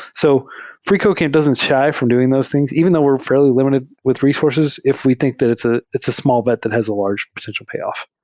so freecodecamp doesn t shy from doing those things even though we're fair ly lim ited with resources. if we think that it's ah it's a small bet that has a large potential payoff.